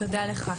תודה לך.